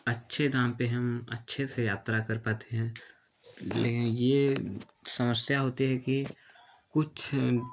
अच्छे दाम पे हम अच्छे से यात्रा कर पाते हैं ये समस्या होती है कि कुछ